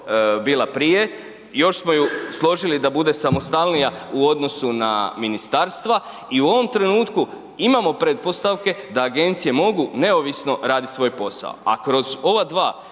bila prije. Još smo ju složili da bude samostalnija u odnosu na ministarstva i u ovom trenutku imamo pretpostavke da agencije mogu neovisno raditi svoj posao, a kroz ova dva